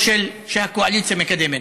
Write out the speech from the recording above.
או שהקואליציה מקדמת?